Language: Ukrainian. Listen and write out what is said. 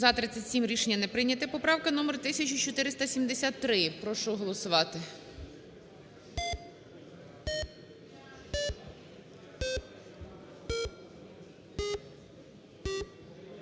За-37 Рішення не прийняте. Поправка номер 1473. Прошу голосувати.